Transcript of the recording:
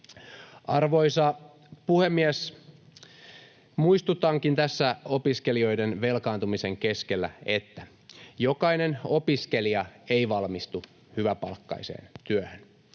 Arvoisa puhemies! Muistutankin tässä opiskelijoiden velkaantumisen keskellä, että jokainen opiskelija ei valmistu hyväpalkkaiseen työhön.